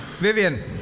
Vivian